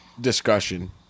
discussion